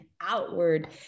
outward